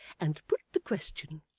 and put the question,